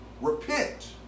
Repent